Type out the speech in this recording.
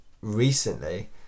recently